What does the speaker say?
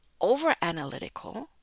overanalytical